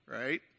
Right